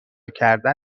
کردن